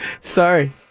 Sorry